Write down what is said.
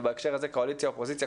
ובהקשר הזה קואליציה ואופוזיציה,